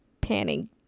panning